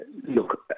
Look